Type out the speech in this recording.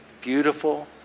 beautiful